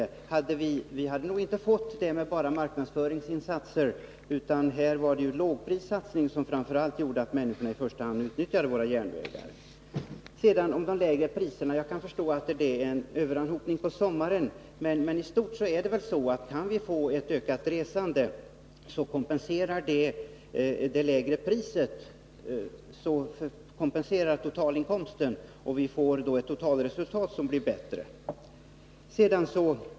Vi hade nog inte kunnat nå en sådan ökning med bara marknadsföringsinsatser, utan det var lågprissatsningen som framför allt gjorde att människorna i första hand utnyttjade våra järnvägar. Jag kan, när det gäller de lägre priserna, förstå att det kan bli en överanhopning på sommaren. Men kan vi få ett ökat resande kompenserar detta det lägre priset. Vi får då ett totalresultat som blir bättre.